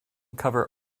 cover